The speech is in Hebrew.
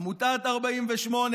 עמותת 48,